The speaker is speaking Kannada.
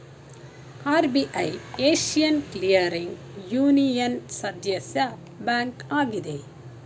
ಆರ್.ಬಿ.ಐ ಏಶಿಯನ್ ಕ್ಲಿಯರಿಂಗ್ ಯೂನಿಯನ್ನ ಸದಸ್ಯ ಬ್ಯಾಂಕ್ ಆಗಿದೆ